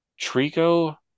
Trico